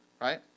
right